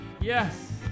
Yes